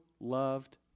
loved